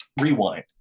rewind